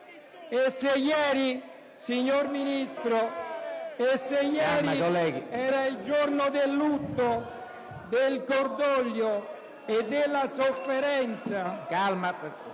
E se ieri, signor Ministro, era il giorno del lutto, del cordoglio, della sofferenza... *(Vivaci